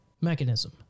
mechanism